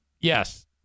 yes